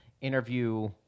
interview